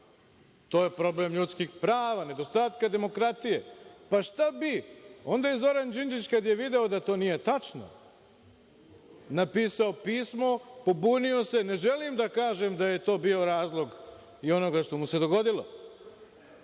To je problem ljudskih prava, nedostatka demokratije. Pa, šta bi? Onda Zoran Đinđić kada je video da to nije tačno, napisao je pismo, pobunio se. Ne želim da kažem da je to bio razlog i onoga što mu se dogodilo.